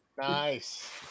Nice